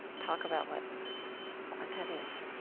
talk about what what that is